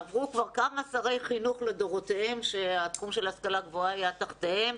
עברו כבר כמה שרי חינוך שתחום ההשכלה הגבוהה היה תחתם.